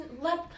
let